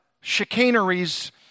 chicaneries